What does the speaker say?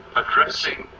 addressing